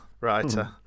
writer